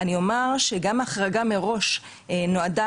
אני אומר שגם החרגה מראש נועדה,